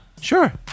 Sure